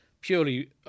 purely